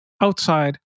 outside